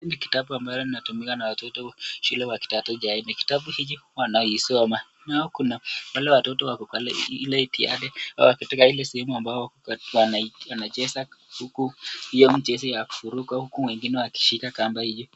Hiki ni kitabu ambacho kinatumika na watoto wa shule wa kidato cha nne. Kitabu hiki wanaisoma nao kuna wale watoto wako katika ile jitihada, wako katika ile sehemu ambayo wanacheza hio mchezo ya kuruka huku wengine wakishika kamba hio.